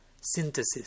synthesis